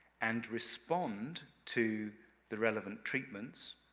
and respond to the relevant treatments,